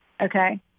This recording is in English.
Okay